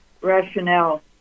rationale